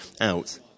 out